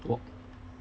what